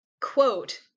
quote